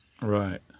Right